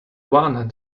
one